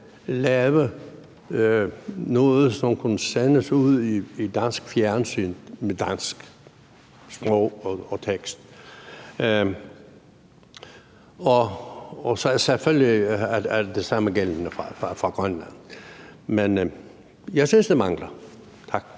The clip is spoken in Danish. lave noget, som kunne sendes ud i dansk fjernsyn med dansk sprog og tekst, og selvfølgelig er det samme gældende for Grønland. Men jeg synes, det mangler. Tak.